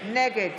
נגד